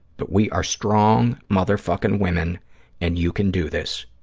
but we are strong motherfuckin' women and you can do this.